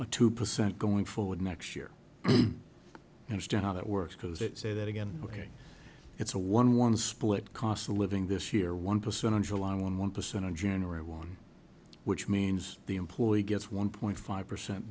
year two percent going forward next year and it's done how that works because it say that again ok it's a one one split cost of living this year one percent in july one one percent in january one which means the employee gets one point five percent